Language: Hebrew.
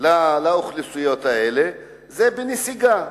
לאוכלוסיות האלה הם בנסיגה.